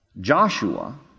Joshua